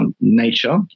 nature